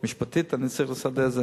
משפטית, אני צריך לסדר את זה.